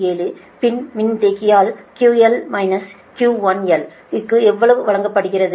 7 பின் மின்தேக்கியால் QL QL1 க்கு எவ்வளவு வழங்கப்படுகிறது